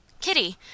Kitty